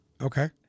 Okay